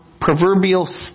proverbial